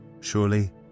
surely